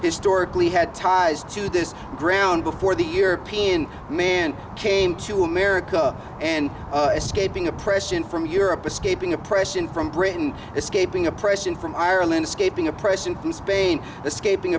historically had ties to this ground before the european men came to america in escaping oppression from europe escaping oppression from britain escaping oppression from ireland escaping oppression from spain scaping